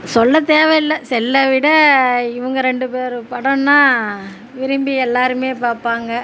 சொல்ல தேவை இல்லை செல்லை விட இவங்க ரெண்டு பேர் படம்னா விரும்பி எல்லோருமே பார்ப்பாங்க